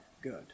good